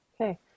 Okay